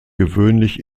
gewöhnlich